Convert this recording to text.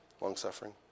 long-suffering